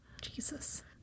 Jesus